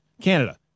Canada